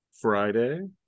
Friday